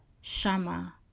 Shama